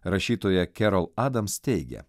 rašytoja kerol adams teigia